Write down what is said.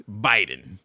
Biden